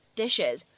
dishes